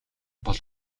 бол